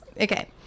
Okay